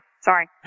Sorry